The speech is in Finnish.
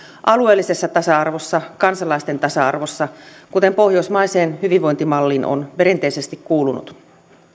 alueellisessa tasa arvossa kansalaisten tasa arvossa kuten pohjoismaiseen hyvinvointimalliin on perinteisesti kuulunut